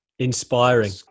inspiring